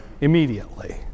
immediately